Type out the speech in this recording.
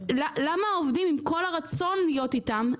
למה העובדים עם כל הרצון להיות איתם,